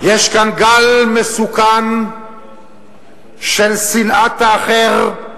יש כאן גל מסוכן של שנאת האחר,